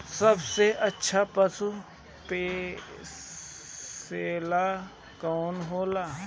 सबसे अच्छा पशु पोसेला कौन होला?